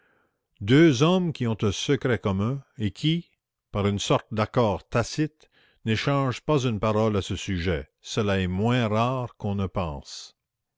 deux hommes qui ont un secret commun et qui par une sorte d'accord tacite n'échangent pas une parole à ce sujet cela est moins rare qu'on ne pense